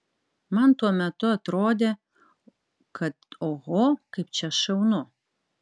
man tuo metu atrodė kad oho kaip čia šaunu